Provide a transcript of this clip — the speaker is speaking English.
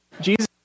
Jesus